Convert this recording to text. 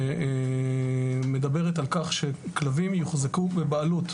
שמדבר על כך שכלבים יוחזקו בבעלות.